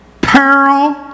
peril